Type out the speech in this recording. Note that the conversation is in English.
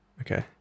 Okay